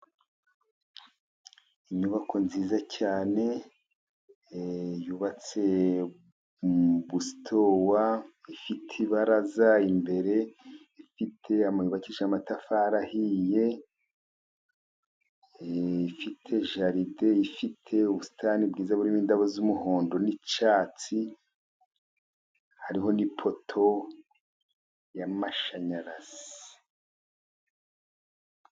Inyubako nziza cyane yubatse mu busitowa. Ifite ibaraza imbere. Ifite amabakisha y'amatafari ahiye rifite jaride . Ifite ubusitani bwiza burimo indabo z'umuhondo n'icyatsi hariho n'ipoto y'amashanyarazi.